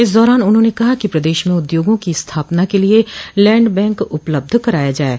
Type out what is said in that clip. इस दौरान उन्होंने कहा कि प्रदेश में उद्योगों की स्थापना के लिए लैंड बैंक उपलब्ध कराया जाये